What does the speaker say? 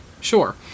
sure